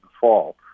fall